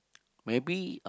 maybe